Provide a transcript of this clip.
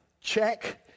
check